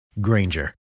Granger